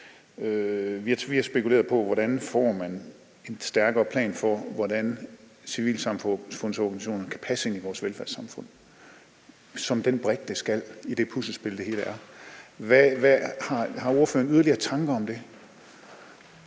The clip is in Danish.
Vi har spekuleret på, hvordan man får en stærkere plan for, hvordan civilsamfundsorganisationerne kan passe ind i vores velfærdssamfund som den brik, det skal være i det puslespil, det hele er. Har ordføreren yderligere tanker om det?